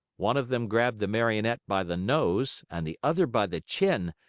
one of them grabbed the marionette by the nose and the other by the chin,